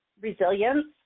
resilience